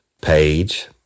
Page